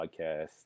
Podcast